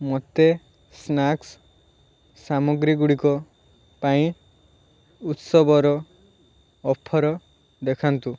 ମୋତେ ସ୍ନାକ୍ସ ସାମଗ୍ରୀ ଗୁଡ଼ିକ ପାଇଁ ଉତ୍ସବର ଅଫର୍ ଦେଖାନ୍ତୁ